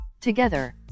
Together